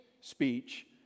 speech